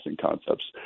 concepts